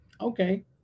okay